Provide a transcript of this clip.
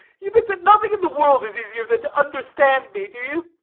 you think that nothing in the world is easier than to understand me, do you?